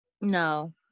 No